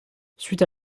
suites